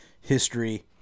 history